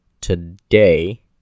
today